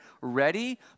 ready